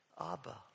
Abba